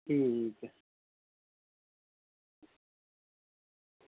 ठीक